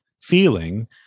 feeling